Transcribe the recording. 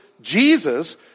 Jesus